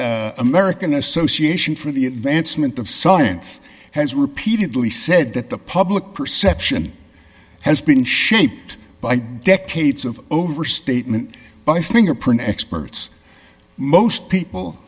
the american association for the advancement of science has repeatedly said that the public perception has been shaped by decades of overstatement by fingerprint experts most people